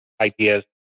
ideas